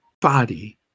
body